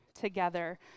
together